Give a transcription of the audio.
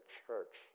church